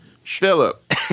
Philip